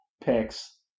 picks